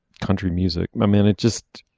country music. i mean it just.